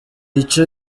icyo